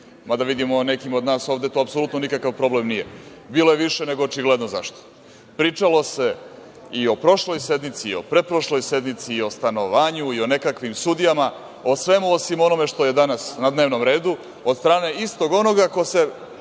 mada vidim nekima od nas to apsolutno nikakav problem nije. Bilo je više nego očigledno zašto. Pričalo se i o prošloj sednici i o pretprošloj sednici i o stanovanju i nekakvim sudijama, o svemu osim o onome što je danas na dnevnom redu, od strane istog onoga ko se